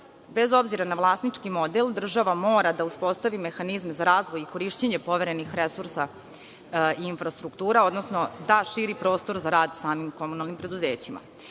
Bez obzira na vlasnički model država mora da uspostavi mehanizme za razvoj i korišćenje poverenih resursa infrastruktura odnosno da širi prostor za rad samim komunalnim preduzećima